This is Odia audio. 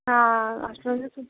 ହଁ ଆସନ୍ତୁ